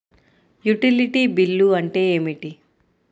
Utility bill అంటే ఏమిటి?